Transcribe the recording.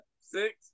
six